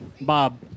Bob